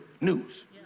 news